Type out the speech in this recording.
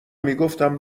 میگفتم